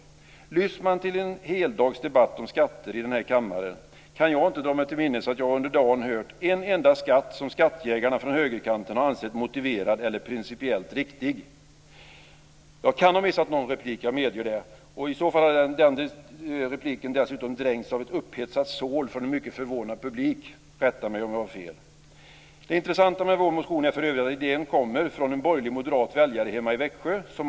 Efter att ha lyssnat till en heldagsdebatt om skatter i denna kammare kan jag inte dra mig till minnes att jag under dagen hört en enda skatt som skattjägarna från högerkanten har ansett motiverad eller principiellt riktig. Jag kan ha missat någon replik, det medger jag. I så fall har repliken dränkts av ett upphetsat sorl från en mycket förvånad publik - rätta mig om jag har fel. Det intressanta med vår motion är för övrigt att idén kommer från en borgerlig, moderat, väljare hemma i Växjö.